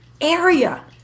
Area